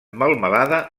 melmelada